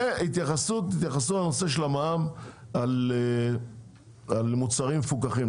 ותתייחסו לנושא של המע"מ על מוצרים מפוקחים,